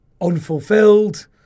Unfulfilled